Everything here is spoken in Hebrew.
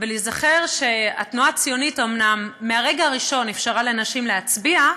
ולהיזכר שהתנועה הציונית מהרגע הראשון אפשרה לנשים להצביע,